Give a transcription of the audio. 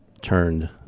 turned